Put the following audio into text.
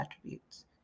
attributes